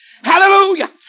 Hallelujah